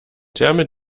terme